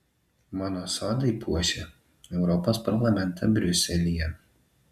mano sodai puošia europos parlamentą briuselyje